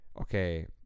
okay